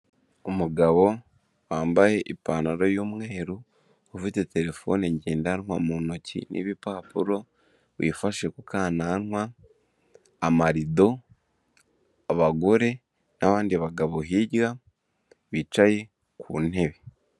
Umugabo wambaye ipantaro y'umweru ufite terefone ngendanwa mu ntoki n'ibipapuro wifashe ku kananwa amarido, abagore n'abandi bagabo hirya bicaye ku ntebe.